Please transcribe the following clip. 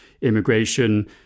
immigration